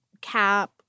cap